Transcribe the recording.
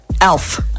elf